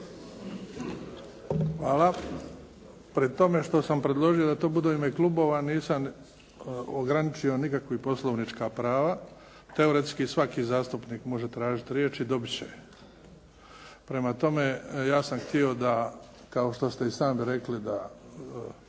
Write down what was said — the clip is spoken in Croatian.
Hvala. Pri tome što sam predložio da to bude u ime klubova nisam ograničio nikakva poslovnička prava. Teoretski svaki zastupnik može tražiti riječ i dobit će. Prema tome ja sam htio da, kao što ste i sami rekli da